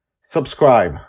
Subscribe